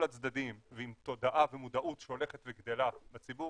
הצדדים ועם תודעה ומודעות שהולכת וגדלה בציבור,